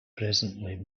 presently